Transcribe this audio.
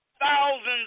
Thousands